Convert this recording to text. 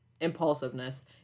Impulsiveness